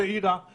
הודעה בשעה שלוש?